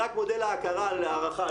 אני רק מודה על ההכרה ועל הערכה,